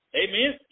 Amen